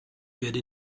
werde